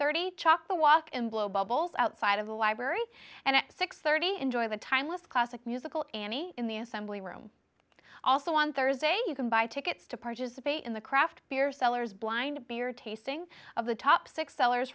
thirty chalk the walk and blow bubbles outside of the library and at six thirty enjoy the timeless classic musical annie in the assembly room also on thursday you can buy tickets to participate in the craft beer sellers blind beer tasting of the top six sellers